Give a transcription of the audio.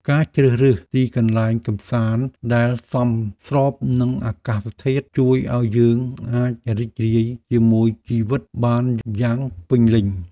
ការជ្រើសរើសទីកន្លែងកម្សាន្តដែលសមស្របនឹងអាកាសធាតុជួយឱ្យយើងអាចរីករាយជាមួយជីវិតបានយ៉ាងពេញលេញ។